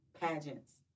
pageants